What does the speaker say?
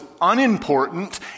unimportant